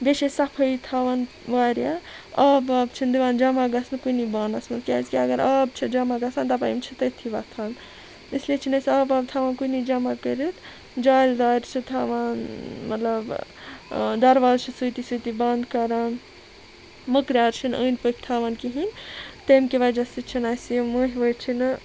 بیٚیہِ چھِ أسۍ صفٲیی تھاوان واریاہ آب واب چھِنہٕ دِوان جمع گژھنہٕ کُنی بانَس منٛز کیٛازِکہِ اگر آب چھِ جمع گژھان دَپان یِم چھِ تٔتھی وۄتھان اِسلیے چھِنہٕ أسۍ آب واب تھوان کُنی جمع کٔرِتھ جھالہِ دارِ چھِ تھاوان مطلب درواز چھِ سۭتی سۭتی بنٛد کَران مٔکریٛار چھِنہٕ أنٛدۍ پٔکۍ تھاوان کِہیٖنۍ تمہِ کہِ وجہ سۭتۍ چھِنہٕ اَسہِ یِم مٔہیہِ ؤہیہِ چھِنہٕ